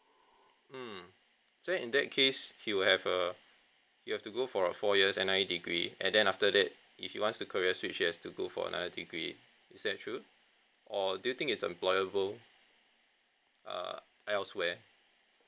mm so in that case he would have a he'll have to go for a four years N_I_E degree and then after that if he wants to career switch he has to go for another degree is that true or do you think it's employable err elsewhere